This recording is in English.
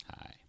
Hi